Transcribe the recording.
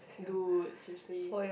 do seriously